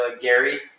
Gary